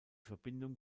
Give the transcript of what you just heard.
verbindung